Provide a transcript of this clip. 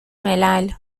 ملل